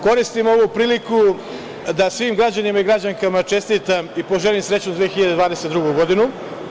Koristim ovu priliku da svim građanima i građankama čestitam i poželim srećnu 2022. godinu.